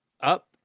up